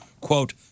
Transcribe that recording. quote